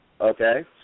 okay